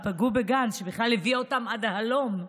הם פגעו בגנץ שבכלל הביא אותם עד הלום.